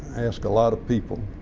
asked a lot of people.